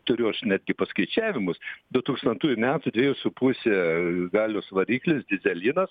turiu aš netgi paskaičiavimus dutūkstantųjų metų dviejų su puse galios variklis dyzelinas